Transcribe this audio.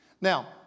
Now